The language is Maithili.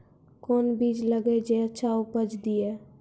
कोंन बीज लगैय जे अच्छा उपज दिये?